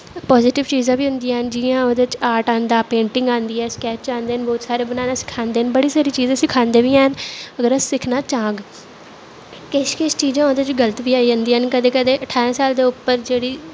positive चीजां बी होंदियां न जियां ओह्दे च आर्ट आंदा पेंटिंग आंदी ऐ स्कैच आंदे न बौह्त सारे बनाना सखांदे बौह्त सारी चीजां बनाना सखांदे बी हैन अगर अस सिक्खना चाह्ङ किश किश चीजां ओह्दे च गलत बी आई जंदियां न कदें कदें अठारां साल दे उप्पर जेह्ड़ी